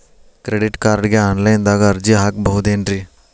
Credit ಕಾರ್ಡ್ಗೆ online ದಾಗ ಅರ್ಜಿ ಹಾಕ್ಬಹುದೇನ್ರಿ?